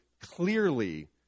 clearly